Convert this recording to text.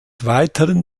weiteren